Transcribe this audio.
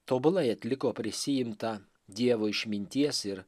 tobulai atliko prisiimtą dievo išminties ir